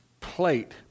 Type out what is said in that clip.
plate